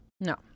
No